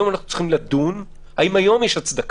היום אנחנו צריכים לדון בשאלה האם היום יש הצדקה,